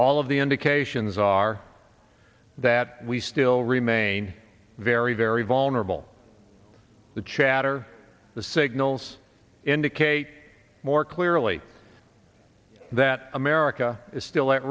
all of the indications are that we still remain very very vulnerable the chatter the signals indicate more clearly that america is still at